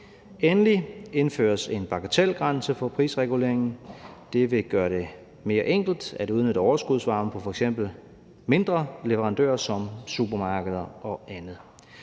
Endelig indføres en bagatelgrænse for prisreguleringen. Det vil gøre det mere enkelt at udnytte overskudsvarmen fra f.eks. mindre leverandører som supermarkeder og andet.